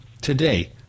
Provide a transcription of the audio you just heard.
today